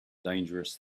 dangerous